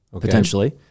potentially